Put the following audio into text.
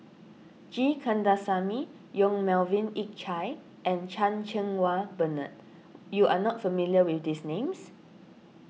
G Kandasamy Yong Melvin Yik Chye and Chan Cheng Wah Bernard you are not familiar with these names